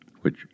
which